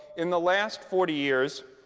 in the last forty years,